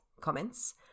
Comments